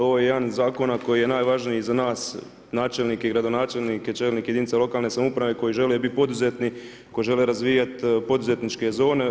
Ovo je jedan od zakona koji je najvažniji za nas načelnike i gradonačelnike, čelnike jedinica lokalne samouprave koji žele biti poduzetni, koji žele razvijati poduzetničke zone.